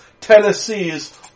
Tennessee's